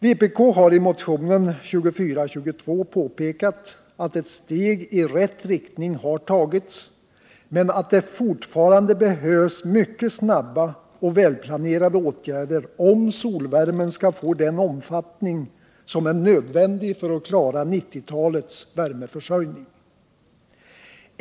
Vpk har i motionen 2422 påpekat att ett steg i rätt riktning har tagits, men att det fortfarande behövs mycket snabba och väl planerade åtgärder, om solvärmen skall få den omfattning som är nödvändig för att klara 1990-talets värmeförsörjning.